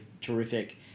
terrific